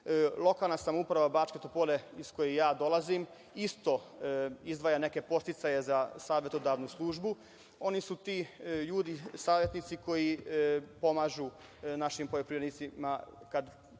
Lokalna samouprava Bačke Topole, iz koje ja dolazim, isto izdvaja neke podsticaje za savetodavnu službu. Oni su ti ljudi, savetnici koji pomažu našim poljoprivrednicima kad